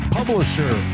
publisher